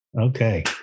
Okay